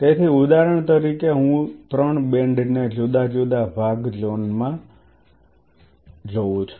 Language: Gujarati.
તેથી ઉદાહરણ તરીકે હું ત્રણ બેન્ડ ને જુદા જુદા ભાગ ઝોનમાં જોઉં છું